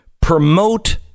Promote